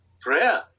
Prayer